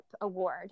Award